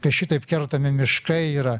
kai šitaip kertami miškai yra